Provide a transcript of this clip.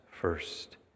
first